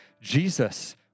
Jesus